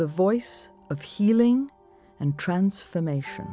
the voice of healing and transformation